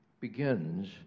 begins